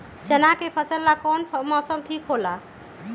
चाना के फसल ला कौन मौसम ठीक होला?